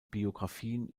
biographien